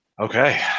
Okay